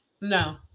No